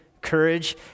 courage